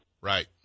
Right